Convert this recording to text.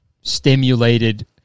stimulated